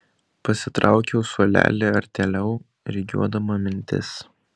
prisitraukiau suolelį artėliau rikiuodama mintis